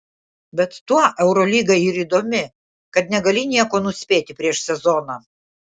bet tuo eurolyga ir įdomi kad negali nieko nuspėti prieš sezoną